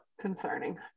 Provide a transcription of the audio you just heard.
concerning